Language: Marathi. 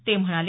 ते म्हणाले